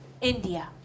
India